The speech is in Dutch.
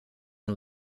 een